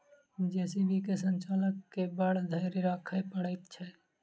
JCB के संचालक के बड़ धैर्य राखय पड़ैत छै